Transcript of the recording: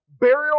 burial